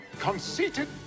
conceited